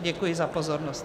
Děkuji za pozornost.